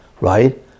right